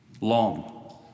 long